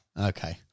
Okay